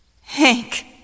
Hank